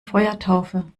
feuertaufe